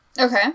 okay